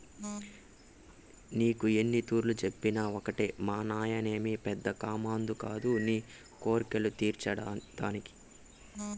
నీకు ఎన్నితూర్లు చెప్పినా ఒకటే మానాయనేమి పెద్ద కామందు కాదు నీ కోర్కెలు తీర్చే దానికి